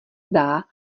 zdá